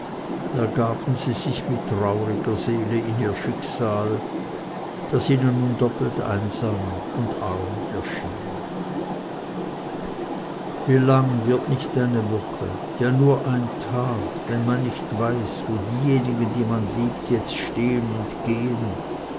ergaben sie sich mit trauriger seele in ihr schicksal das ihnen nun doppelt einsam und arm erschien wie lang wird nicht eine woche ja nur ein tag wenn man nicht weiß wo diejenigen die man liebt jetzt stehn und gehn